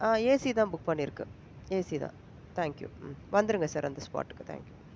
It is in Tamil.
ஆ ஏசிதான் புக் பண்ணியிருக்கு ஏசி தான் தேங்க்யூ ம் வந்துடுங்க சார் அந்த ஸ்பாட்டுக்கு தேங்க்யூ